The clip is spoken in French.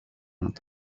pointe